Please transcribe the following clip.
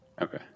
okay